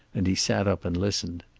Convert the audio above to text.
and he sat up and listened.